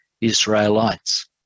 Israelites